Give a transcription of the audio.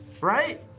right